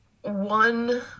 One